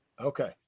Okay